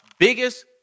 biggest